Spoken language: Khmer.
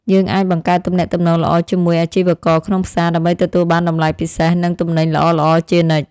យើងអាចបង្កើតទំនាក់ទំនងល្អជាមួយអាជីវករក្នុងផ្សារ ដើម្បីទទួលបានតម្លៃពិសេសនិងទំនិញល្អៗជានិច្ច។